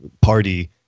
party